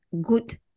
good